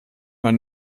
man